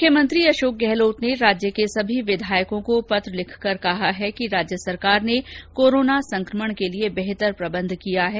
मुख्यमंत्री अशोक गहलोत ने राज्य के सभी विधायकों को पत्र लिखकर कहा है कि राज्य सरकार ने कोरोना संकमण के लिए बेहतर प्रबंधन किया है